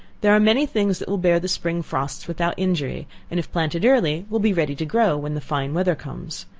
there are many things that will bear the spring frosts without injury, and if planted early will be ready to grow when the fine weather comes.